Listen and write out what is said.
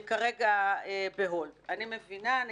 אז